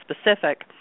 specific